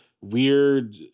weird